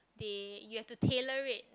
they you have to tailored